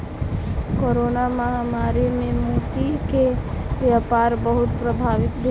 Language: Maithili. कोरोना महामारी मे मोती के व्यापार बहुत प्रभावित भेल